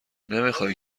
نمیخای